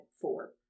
four